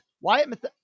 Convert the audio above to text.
Wyatt